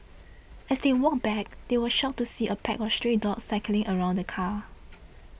as they walked back they were shocked to see a pack of stray dogs circling around the car